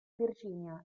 virginia